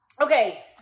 Okay